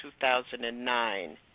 2009